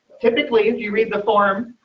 typically, if you read the form.